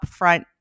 upfront